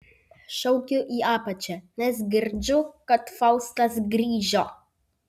šaukiu į apačią nes girdžiu kad faustas grįžo